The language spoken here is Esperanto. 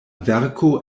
verko